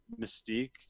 mystique